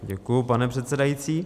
Děkuji, pane předsedající.